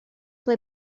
ble